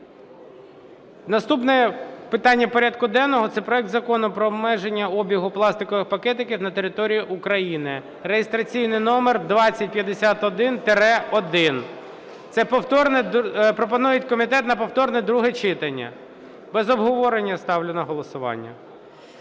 наступне питання порядку денного – це проект Закону про обмеження обігу пластикових пакетів на території України (реєстраційний номер 2051-1). Це повторне… Пропонує комітет на повторне друге читання. Без обговорення ставлю на голосування.